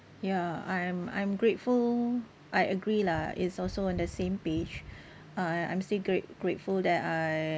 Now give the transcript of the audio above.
ya I'm I'm grateful I agree lah it's also on the same page I I'm still grate~ grateful that I